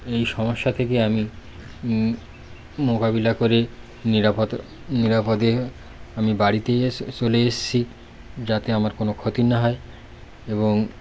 এই সমস্যা থেকে আমি মোকাবিলা করে নিরাপদ নিরাপদে আমি বাড়িতে চলে এসেছি যাতে আমার কোনো ক্ষতি না হয় এবং